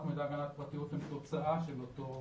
מידע והגנת הפרטיות הם תוצאה של אותו אירוע.